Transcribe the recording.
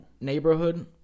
Neighborhood